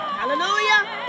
hallelujah